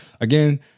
again